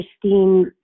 Christine